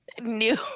new